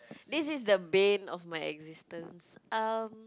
this is the bane of my existence um